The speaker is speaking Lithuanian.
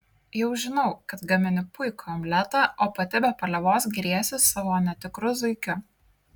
jau žinau kad gamini puikų omletą o pati be paliovos giriesi savo netikru zuikiu